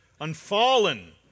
Unfallen